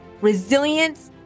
resilience